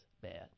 bad